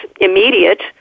immediate